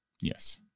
Yes